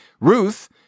Ruth